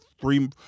three